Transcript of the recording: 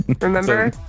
Remember